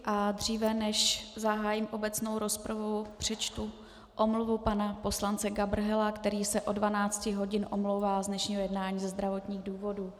A dříve než zahájím obecnou rozpravu, přečtu omluvu pana poslance Gabrhela, který se od 12 hodin omlouvá z dnešního jednání ze zdravotních důvodů.